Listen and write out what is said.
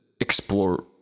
explore